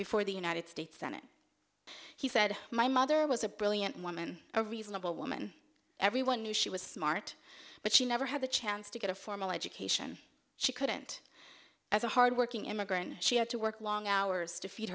before the united states senate he said my mother was a brilliant woman a reasonable woman everyone knew she was smart but she never had the chance to get a formal education she couldn't as a hard working immigrant she had to work long hours to feed